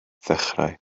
ddechrau